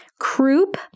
Croup